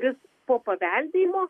jis po paveldėjimo